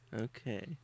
Okay